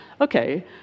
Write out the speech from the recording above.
Okay